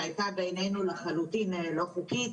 שהייתה בעינינו לחלוטין לא חוקית,